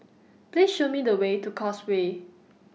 Please Show Me The Way to Causeway